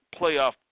playoff